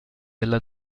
della